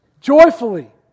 joyfully